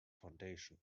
foundation